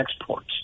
exports